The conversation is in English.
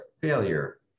failure